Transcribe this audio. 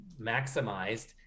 maximized